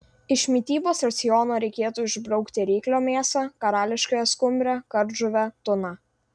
iš mitybos raciono reikėtų išbraukti ryklio mėsą karališkąją skumbrę kardžuvę tuną